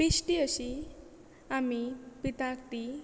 बिश्टी अशी आमी पितात ती